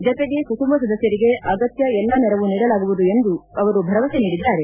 ಜತೆಗೆ ಕುಟುಂಬ ಸದಸ್ಥರಿಗೆ ಅಗತ್ಯ ಎಲ್ಲಾ ನೆರವು ನೀಡಲಾಗುವುದು ಎಂದು ಅವರು ಭರವಸೆ ನೀಡಿದ್ದಾರೆ